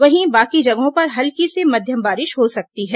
वहीं बाकी जगहों पर हल्की से मध्यम बारिश हो सकती है